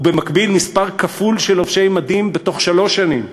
ובמקביל מספר כפול של לובשי מדים בתוך שלוש שנים,